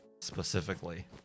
specifically